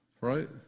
right